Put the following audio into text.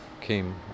came